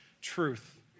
truth